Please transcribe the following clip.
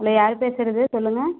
hello யார் பேசுறது சொல்லுங்கள்